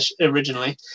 originally